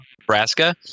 Nebraska